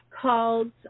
called